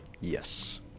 Yes